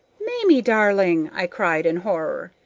mamie darling! i cried in horror.